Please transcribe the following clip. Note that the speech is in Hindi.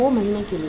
2 महीने के लिए